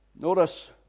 Notice